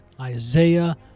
Isaiah